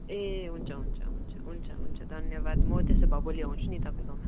ए हुन्छ हुन्छ हुन्छ हुन्छ हुन्छ धन्यवाद म त्यसो भए भोलि आउँछु नि तपाईँकोमा